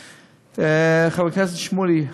חבר הכנסת שמולי,